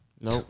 no